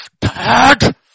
Dad